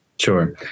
Sure